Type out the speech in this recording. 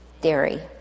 dairy